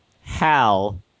Hal